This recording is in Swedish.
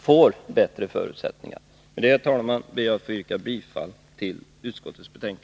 får bättre förutsättningar. Med detta, herr talman, ber jag att få yrka bifall till utskottets hemställan.